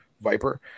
viper